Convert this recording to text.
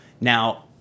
now